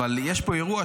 אבל יש פה אירוע,